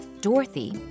Dorothy